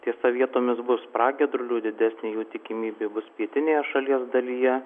tiesa vietomis bus pragiedrulių didesnė jų tikimybė bus pietinėje šalies dalyje